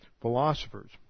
philosophers